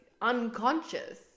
unconscious